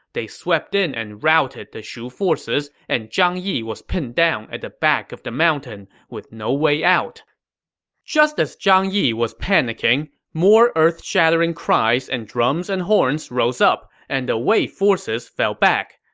they swept in and routed the shu forces, and zhang yi was pinned down at the back of the mountain, with no way out just as zhang yi was panicking, more earth-shattering cries and drums and horns rose up, and the wei troops fell back.